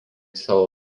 savo